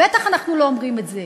בטח אנחנו לא אומרים את זה.